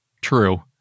True